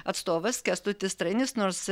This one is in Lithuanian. atstovas kęstutis trainis nors